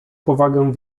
powagę